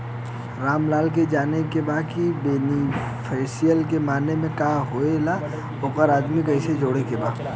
रामलाल के जाने के बा की बेनिफिसरी के माने का का होए ला एमे आदमी कैसे जोड़े के बा?